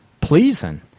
pleasing